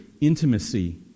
intimacy